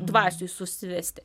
dvasioj susivesti